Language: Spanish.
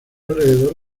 alrededor